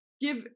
give